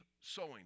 sowing